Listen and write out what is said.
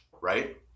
right